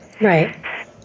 Right